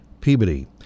Peabody